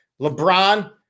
LeBron